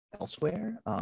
elsewhere